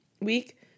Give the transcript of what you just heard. week